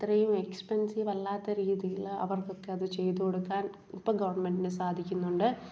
അത്രയും എക്സ്പെൻസീവല്ലാത്ത രീതിയിൽ അവർക്കക്കെ അത് ചെയ്ത് കൊടുക്കാൻ ഇപ്പം ഗവമെൻറ്റിന് സാധിക്കുന്നുണ്ട്